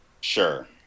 Sure